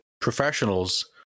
professionals